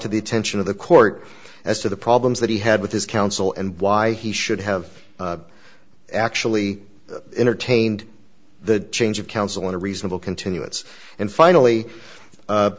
to the attention of the court as to the problems that he had with his counsel and why he should have actually entertained the change of counsel in a reasonable continuance and finally